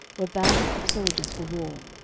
were bands of soldiers for war,